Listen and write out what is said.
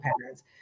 patterns